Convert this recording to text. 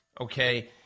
okay